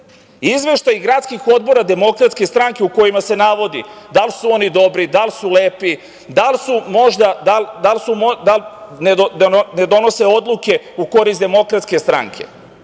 izveštaji gradskih odbora Demokratske stranke gde se navodi da li su oni dobri, da li su lepi, da li ne donose odluke u korist Demokratske stranke. Još